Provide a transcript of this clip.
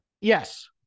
Yes